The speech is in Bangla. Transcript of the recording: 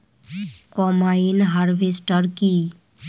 কম্বাইন হারভেস্টার কি?